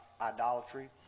idolatry